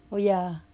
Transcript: oh ya